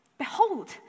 Behold